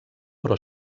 però